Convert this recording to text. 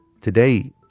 Today